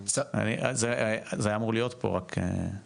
זה היה אמור להיות פה, רק, אין.